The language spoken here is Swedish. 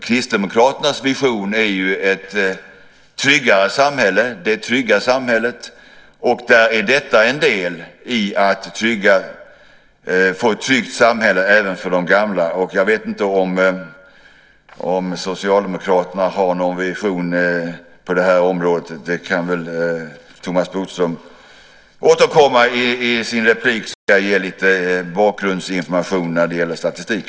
Kristdemokraternas vision är ett tryggare samhälle, det trygga samhället. Där är detta en del i att få ett tryggt samhälle även för de gamla. Jag vet inte om Socialdemokraterna har någon vision på det här området. Det kan Thomas Bodström återkomma till i sin replik, och sedan ska jag ge lite bakgrundsinformation i form av statistik.